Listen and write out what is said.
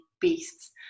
beasts